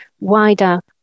Wider